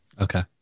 Okay